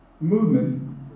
movement